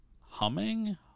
humming